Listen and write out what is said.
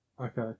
Okay